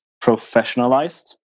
professionalized